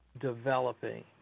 developing